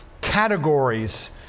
categories